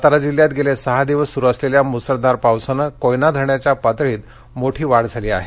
सातारा जिल्ह्यात गेले सहा दिवस सुरु असलेल्या मुसळधार पावसाने कोयना धरणाच्या पातळीत मोठी वाढ झाली आहे